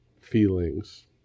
feelings